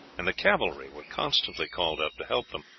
and the cavalry were constantly called up to help them,